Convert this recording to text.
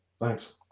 Thanks